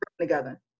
together